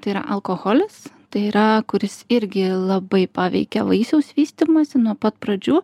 tai yra alkoholis tai yra kuris irgi labai paveikia vaisiaus vystymąsi nuo pat pradžių